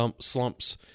slumps